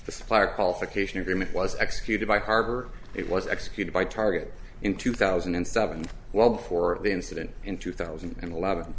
supplier qualification agreement was executed by harbor it was executed by target in two thousand and seven well before the incident in two thousand and eleven